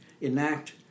Enact